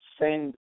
send